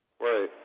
Right